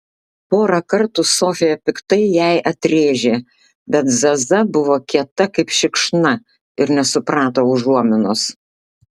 porą kartų sofija piktai jai atrėžė bet zaza buvo kieta kaip šikšna ir nesuprato užuominos